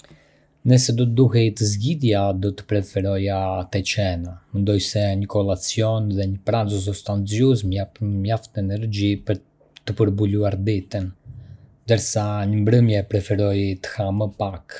Nëse do të duhej të zgjidhja, do të preferoja të cena. Mendoj se një colazion dhe një pranzo sostanzius më japin mjaft energji për të përballuar ditën, ndërsa në mbrëmje preferoj të ha më pak.